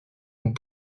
ont